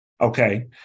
Okay